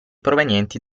provenienti